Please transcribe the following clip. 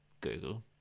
Google